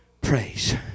praise